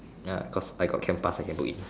ya cause I got camp pass I can book in